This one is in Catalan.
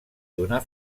donar